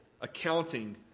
accounting